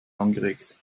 angeregt